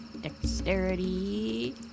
Dexterity